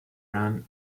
run